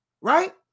right